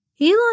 Elon